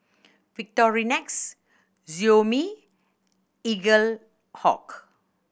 Victorinox Xiaomi Eaglehawk